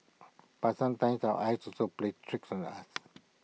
but sometimes our eyes also plays tricks on us